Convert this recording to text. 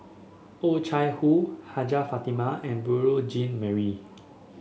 Oh Chai Hoo Hajjah Fatimah and Beurel Jean Marie